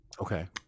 okay